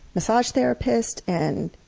massage therapist and